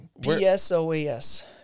P-S-O-A-S